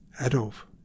Adolf